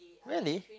really